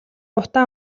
утаа